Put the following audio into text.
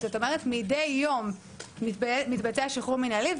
זאת אומרת שמדי יום מתבצע שחרור מינהלי.